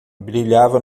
brilhava